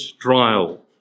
trial